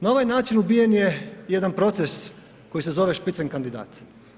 Na ovaj način ubijen je jedan proces koji se zove spitzenkandidat.